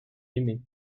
aimé